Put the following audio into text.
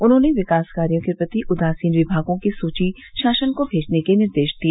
उन्होंने विकास कार्यों के प्रति उदासीन विभागों की सूची शासन को भेजने के निर्देश दिए